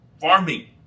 farming